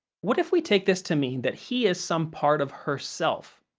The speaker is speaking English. what if we take this to mean that he is some part of herself,